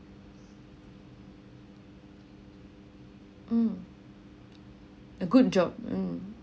mm a good job mm